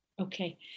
Okay